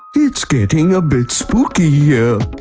it's getting a bit spooky yeah